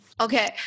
okay